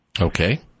Okay